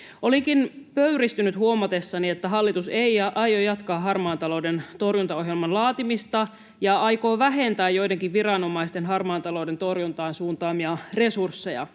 Olinkin pöyristynyt huomatessani, että hallitus ei aio jatkaa harmaan talouden torjuntaohjelman laatimista ja aikoo vähentää joidenkin viranomaisten harmaan talouden torjuntaan suuntaamia resursseja.